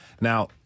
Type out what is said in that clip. Now